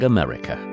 America